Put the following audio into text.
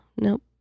nope